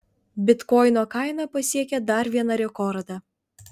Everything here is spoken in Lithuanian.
bitkoino kaina pasiekė dar vieną rekordą